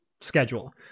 Schedule